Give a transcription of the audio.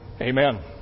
Amen